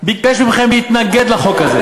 ביקש מכם להתנגד לחוק הזה.